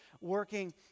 working